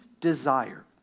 desire